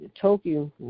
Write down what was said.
Tokyo